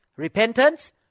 Repentance